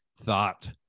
thought